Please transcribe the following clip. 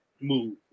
move